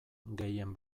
gehien